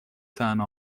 طعنه